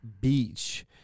Beach